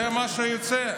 זה מה שיוצא.